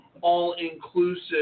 all-inclusive